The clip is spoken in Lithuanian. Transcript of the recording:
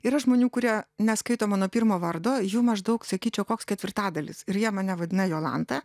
yra žmonių kurie neskaito mano pirmo vardo jų maždaug sakyčiau koks ketvirtadalis ir jie mane vadina jolanta